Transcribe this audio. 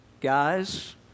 guys